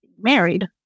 married